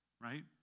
right